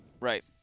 Right